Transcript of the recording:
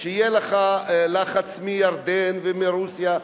יהיה לך לחץ מירדן ומרוסיה,